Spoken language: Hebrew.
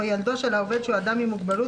או ילדו של העובד שהוא אדם עם מוגבלות,